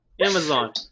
Amazon